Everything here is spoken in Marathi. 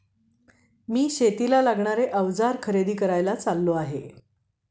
मी शेतीला लागणारे अवजार खरेदी करायला चाललो आहे